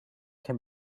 can